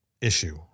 issue